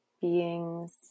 beings